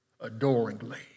adoringly